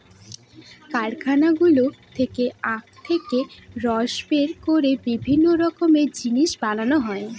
কারখানাগুলো থেকে আখ থেকে রস বের করে বিভিন্ন রকমের জিনিস বানানো হয়